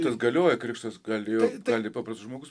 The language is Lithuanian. tas galioja krikštas gali paprastas žmogus